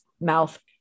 mouth